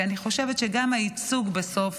כי אני חושבת שגם הייצוג בסוף